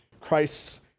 Christ's